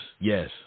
yes